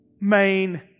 main